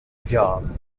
job